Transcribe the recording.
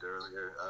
earlier